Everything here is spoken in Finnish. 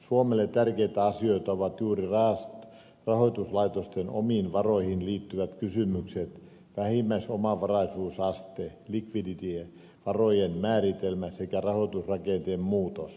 suomelle tärkeitä asioita ovat juuri rahoituslaitosten omiin varoihin liittyvät kysymykset vähimmäisomavaraisuusaste likviditeetti varojen määritelmä sekä rahoitusrakenteen muutos